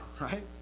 Right